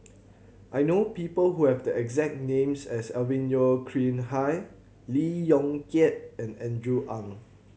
I know people who have the exact names as Alvin Yeo Khirn Hai Lee Yong Kiat and Andrew Ang